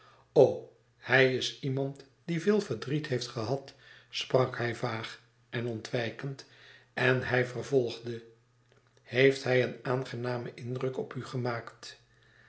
o hij is iemand die veel verdriet heeft gehad sprak hij vaag en ontwijkend en hij vervolgde heeft hij een aangenamen indruk op u gemaakt